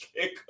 kick